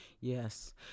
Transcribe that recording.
Yes